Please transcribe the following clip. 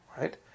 right